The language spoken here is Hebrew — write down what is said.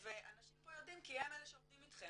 ואנשים פה יודעים כי הם אלה שעובדים איתכם.